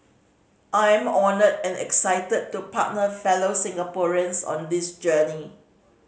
I am honoured and excited to partner fellow Singaporeans on this journey